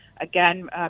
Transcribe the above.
Again